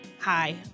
Hi